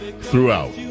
throughout